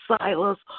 Silas